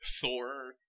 Thor